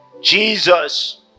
Jesus